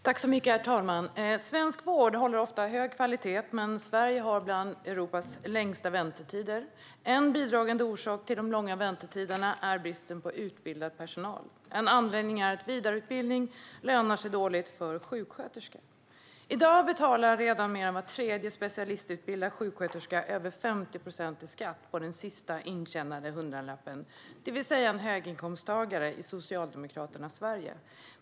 Herr talman! Svensk vård håller ofta hög kvalitet, men Sveriges väntetider är bland Europas längsta. En bidragande orsak till de långa väntetiderna är bristen på utbildad personal. En anledning till denna brist är att vidareutbildning lönar sig dåligt för sjuksköterskor. Redan i dag betalar mer än var tredje specialistutbildad sjuksköterska över 50 procent i skatt på den sista intjänade hundralappen, det vill säga som en höginkomsttagare i Socialdemokraternas Sverige.